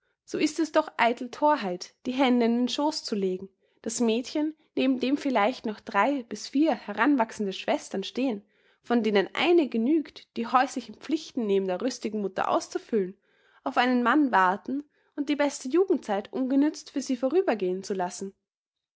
so ist es doch eitel thorheit die hände in den schoß zu legen das mädchen neben dem vielleicht noch drei bis vier heranwachsende schwestern stehen von denen eine genügt die häuslichen pflichten neben der rüstigen mutter auszufüllen auf einen mann warten und die beste jugendzeit ungenützt für sie vorübergehen zu lassen